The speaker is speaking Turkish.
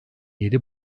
yedi